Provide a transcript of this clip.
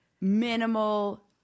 minimal